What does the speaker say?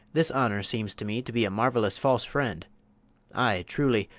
this honour seems to me to be a marvellous false friend ay, truly,